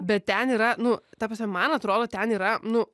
bet ten yra nu ta prasme man atrodo ten yra nu